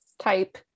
type